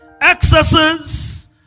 Excesses